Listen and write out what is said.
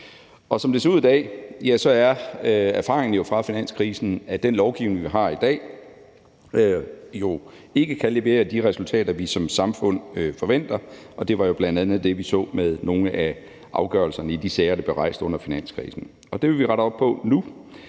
som det ser ud i dag, er erfaringerne fra finanskrisen, at den lovgivning, vi har, jo ikke kan levere de resultater, vi som samfund forventer, og det var jo bl.a. det, vi så med nogle af afgørelserne i de sager, der blev rejst under finanskrisen. Det vil vi rette op på nu,